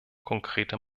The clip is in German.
konkrete